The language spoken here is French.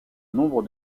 nombre